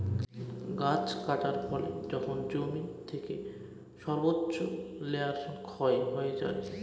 গাছ কাটার ফলে যখন জমি থেকে সর্বোচ্চ লেয়ার ক্ষয় হয়ে যায়